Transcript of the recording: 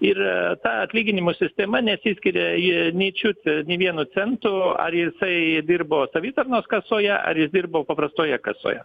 ir ta atlyginimų sistema nesiskiria ji nė čiut vienu centu ar jisai dirbo savitarnos kasoje ar jis dirbo paprastoje kasoje